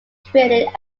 credit